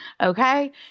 Okay